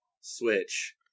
Switch